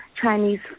Chinese